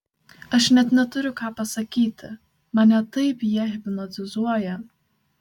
aš net neturiu ką pasakyti mane taip jie hipnotizuoja